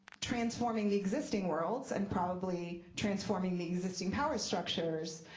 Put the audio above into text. transforming the existing worlds and probably transforming the existing power structures,